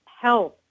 health